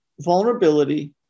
vulnerability